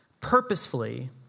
purposefully